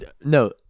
no